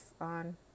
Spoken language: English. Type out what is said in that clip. on